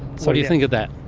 so do you think of that?